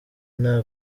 nta